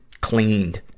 cleaned